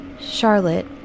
Charlotte